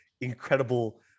incredible